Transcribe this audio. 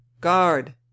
Guard